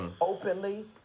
openly